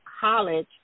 college